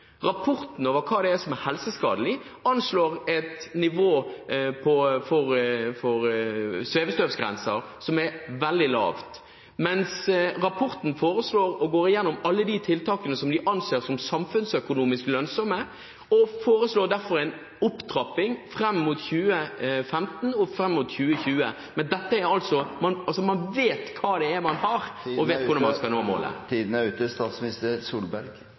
Rapporten over hva det er som er helseskadelig, anslår et nivå på svevestøvgrenser som er veldig lavt, mens rapporten foreslår og går igjennom alle de tiltakene som de anser som samfunnsøkonomisk lønnsomme. Den foreslår derfor en opptrapping fram mot 2015 og fram mot 2020. Man vet altså hva det er man har , og hvordan man skal nå målet.